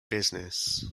business